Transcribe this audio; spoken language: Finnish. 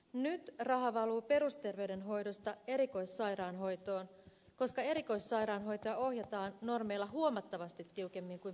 nyt raha valuu perusterveydenhoidosta erikoissairaanhoitoon koska erikoissairaanhoitoa ohjataan normeilla huomattavasti tiukemmin kuin perusterveydenhoitoa